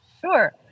sure